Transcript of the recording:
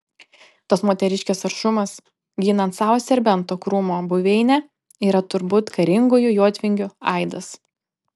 tos moteriškės aršumas ginant savo serbento krūmo buveinę yra turbūt karingųjų jotvingių aidas